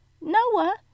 noah